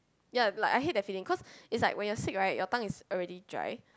ya like I hate the feeling cause is like when you sick right your tongue is already dry